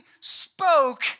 spoke